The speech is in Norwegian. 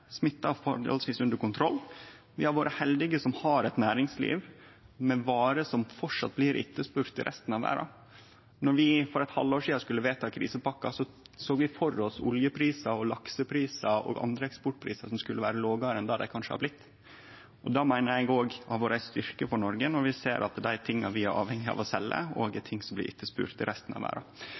under kontroll. Vi har vore heldige som har eit næringsliv med varer som framleis blir etterspurde i resten av verda. Då vi for eit halvår sidan skulle vedta krisepakka, såg vi for oss oljeprisar og lakseprisar og andre eksportprisar som skulle vere lågare enn det dei kanskje har blitt. Det meiner eg òg har vore ein styrke for Noreg at vi ser at dei tinga vi er avhengige av å selje, er ting som er etterspurde i resten av verda.